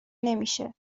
نمیشه